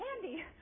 candy